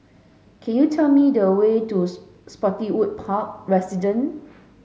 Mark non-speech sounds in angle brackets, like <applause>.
can you tell me the way to <unintelligible> Spottiswoode <unintelligible> Residences